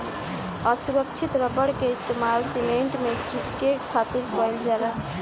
असुरक्षित रबड़ के इस्तेमाल सीमेंट में चिपके खातिर कईल जाला